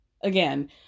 Again